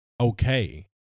okay